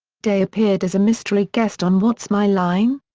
day appeared as a mystery guest on what's my line?